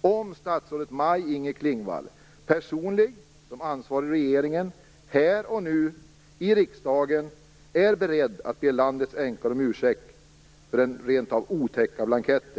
om statsrådet Maj-Inger Klingvall personligen som ansvarig i regeringen här och nu i riksdagen är beredd att be landets änkor om ursäkt för den rent av otäcka blanketten.